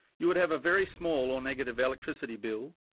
you would have a very small or negative electricity bill,